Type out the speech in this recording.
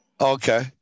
Okay